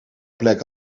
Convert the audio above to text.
plek